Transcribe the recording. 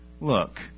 Look